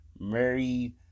Mary